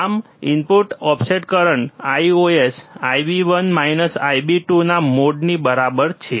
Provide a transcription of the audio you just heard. આમ input offset current Ios Ib1 minus Ib2 ના મોડની બરાબર છે